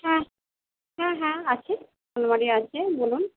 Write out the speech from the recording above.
হ্যাঁ হ্যাঁ হ্যাঁ আছে আলমারি আছে বলুন